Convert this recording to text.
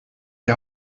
die